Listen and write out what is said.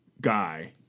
guy